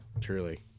truly